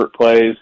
plays